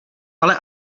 ale